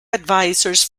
advisers